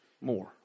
more